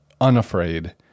unafraid